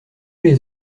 les